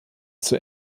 zur